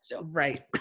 Right